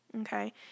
Okay